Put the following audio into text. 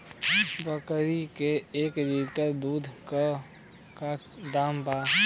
बकरी के एक लीटर दूध के का दाम बा?